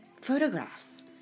Photographs